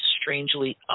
strangely